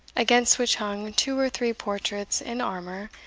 against which hung two or three portraits in armour,